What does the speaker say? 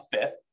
fifth